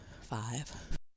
five